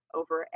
over